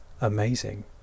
amazing